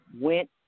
went